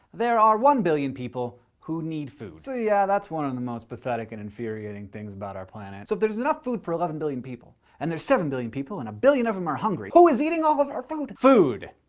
there are one billion people who need food. so yeah that's one of um the most pathetic and infuriating things about our planet. so if there's enough food for eleven billion people, and there's seven billion people and a billion of them are hungry, who is eating all of our food? food,